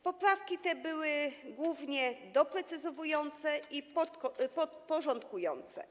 Poprawki te były głównie doprecyzowujące i porządkujące.